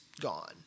gone